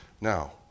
Now